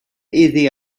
iddi